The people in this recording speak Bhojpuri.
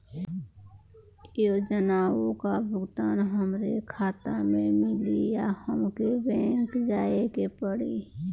योजनाओ का भुगतान हमरे खाता में मिली या हमके बैंक जाये के पड़ी?